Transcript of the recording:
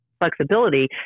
flexibility